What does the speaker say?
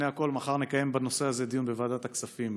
מחר נקיים בנושא הזה דיון בוועדת הכספים,